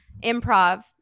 Improv